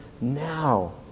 now